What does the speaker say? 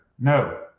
No